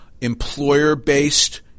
employer-based